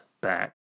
back